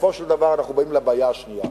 בסופו של דבר אנחנו באים לבעיה השנייה.